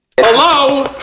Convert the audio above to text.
Hello